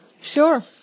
sure